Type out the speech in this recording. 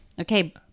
Okay